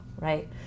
right